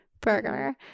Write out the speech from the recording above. burger